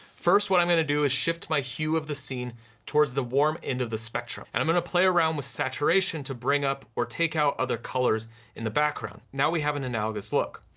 first, what i'm gonna do is shift my hue of the scene towards the warm end of the spectrum and i'm gonna play around with saturation to bring up or take out other colors in the background. now we have an analogous look.